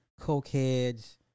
cokeheads